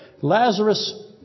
Lazarus